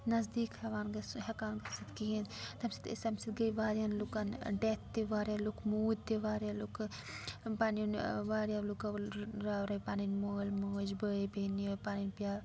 نَزدیٖک ہٮ۪وان گژھُن ہٮ۪کان گٔژھِتھ کِہیٖنۍ تَمہِ سۭتۍ ٲسۍ تَمہِ سۭتۍ گٔے واریاہَن لُکَن ڈٮ۪تھ تہِ واریاہ لُکھ موٗدۍ تہِ واریاہ لُکہٕ پَنُن واریاہو لُکو راورٲے پَنٕنۍ مٲلۍ موج بٲے بیٚنہ پَنٕنۍ پیٛا